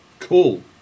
Cool